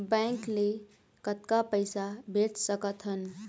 Bank ले कतक पैसा भेज सकथन?